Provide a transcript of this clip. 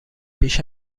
بیش